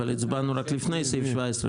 אבל הצבענו רק לפני סעיף 17,